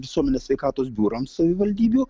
visuomenės sveikatos biurams savivaldybių